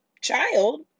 child